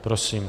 Prosím.